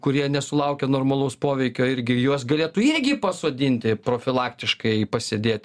kurie nesulaukia normalaus poveikio irgi juos galėtų irgi pasodinti profilaktiškai pasėdėti